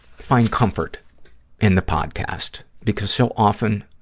find comfort in the podcast, because so often